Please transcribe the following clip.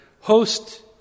host